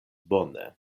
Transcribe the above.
bone